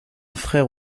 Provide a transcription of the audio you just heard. frère